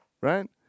right